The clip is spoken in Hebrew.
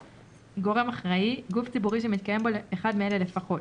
"גורם אחראי" גוף ציבורי שמתקיים בו אחד מאלה לפחות: